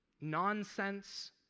nonsense